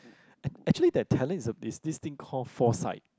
and actually that talent is a is this thing called foresight